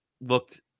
looked